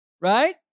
Right